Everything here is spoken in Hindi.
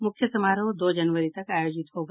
मुख्य समारोह दो जनवरी तक आयोजित होगा